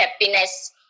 happiness